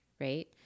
right